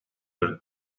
ერთ